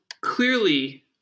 clearly